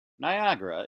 niagara